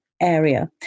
area